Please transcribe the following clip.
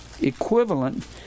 Equivalent